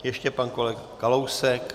Ještě pan kolega Kalousek.